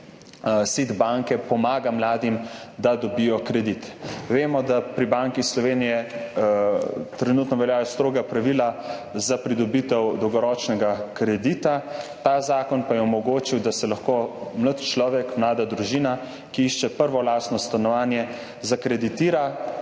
SID banke pomaga mladim, da dobijo kredit. Vemo, da pri Banki Slovenije trenutno veljajo stroga pravila za pridobitev dolgoročnega kredita, ta zakon pa je omogočil, da se lahko mlad človek, mlada družina, ki išče prvo lastno stanovanje, zakreditira ob